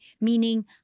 Meaning